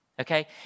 Okay